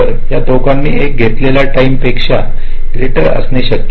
या दोघांनी एक घेतलेल्या या टाईम पेक्षा ग्रेटर असणे शक्य आहे